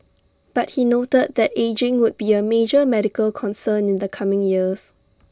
but he noted that ageing would be A major medical concern in the coming years